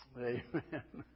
Amen